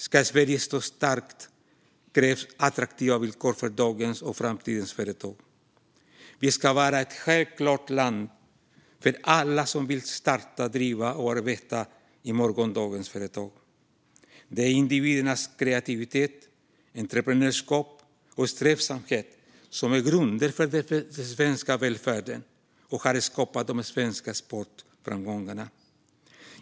Ska Sverige stå starkt krävs attraktiva villkor för dagens och framtidens företag. Vi ska vara ett självklart land för alla som vill starta, driva och arbeta i morgondagens företag. Det är individernas kreativitet, entreprenörskap och strävsamhet som är grunden för den svenska välfärden och som har skapat de svenska exportframgångarna.